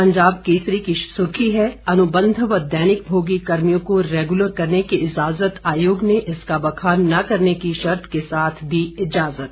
पंजाब केसरी की सुर्खी है अनुबंध व दैनिक भोगी कर्मियों को रैगुलर करने की इजाज़त आयोग ने इसका बखान न करने की शर्त के साथ दी इजाज़त